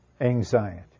anxiety